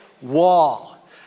wall